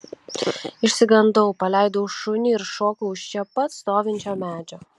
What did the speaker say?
išsigandau paleidau šunį ir šokau už čia pat stovinčio medžio